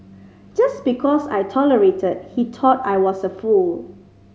just because I tolerated he thought I was a fool